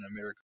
America